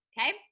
Okay